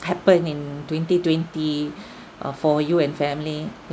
happen in twenty twenty uh for you and family